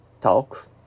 talk